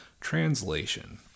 translation